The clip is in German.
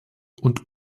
und